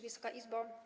Wysoka Izbo!